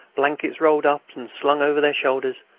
blankets rolled up and slung over their shoulders,